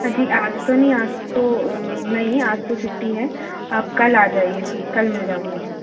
जी आज तो नहीं आज तो नहीं आज तो छुट्टी है आप कल आ जाइए कल मिल जाऊँगी मैं